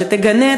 שתגנה,